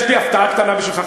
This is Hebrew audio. יש לי הפתעה קטנה בשבילך,